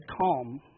calm